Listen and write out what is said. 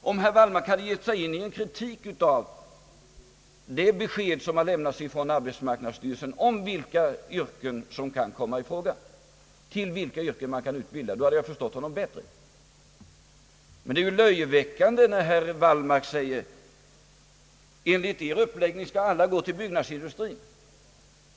Om herr Wallmark hade gett sig in i en kritik av de besked som lämnats av arbetsmarknadsstyrelsen om vilka yrken som kan komma i fråga, till vilka yrken man kan utbilda, då hade jag förstått honom bättre. Men det är löjeväckande när herr Wallmark säger: Enligt er uppläggning skall alla gå till byggnadsindustrien.